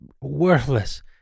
worthless